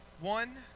one